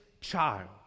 child